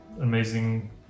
amazing